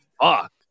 fuck